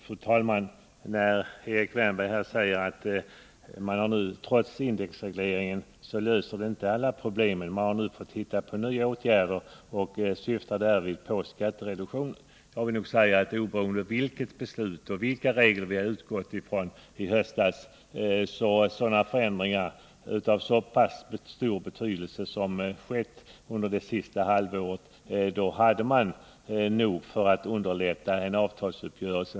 Fru talman! Erik Wärnberg menar att indexregleringen inte löst alla problem och att man har fått hitta på nya åtgärder. Han syftar därvid på skattereduktionen. Till det vill jag säga att oberoende av vilket beslut vi fattade i höstas och oberoende av vilka regler vi då utgick ifrån hade vi nog med hänsyn till de betydande förändringar som skett under det senaste halvåret fått tillgripa vissa åtgärder för att underlätta en avtalsuppgörelse.